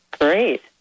Great